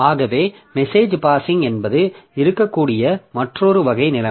ஆகவே message passing என்பது இருக்கக்கூடிய மற்றொரு வகை நிலைமை